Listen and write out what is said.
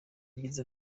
yagize